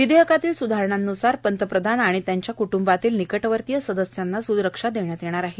विधेयकातील स्धारणांनुसार पंतप्रधान आणि त्यांच्या कुट्रंबातील निकटवर्तीय सदस्यांना सुरक्षा देण्यात येणार आहे